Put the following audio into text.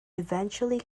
eventually